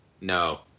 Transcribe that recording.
No